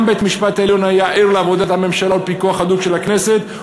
גם בית-המשפט העליון היה ער לעבודת הממשלה ולפיקוח ההדוק של הכנסת,